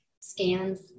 scans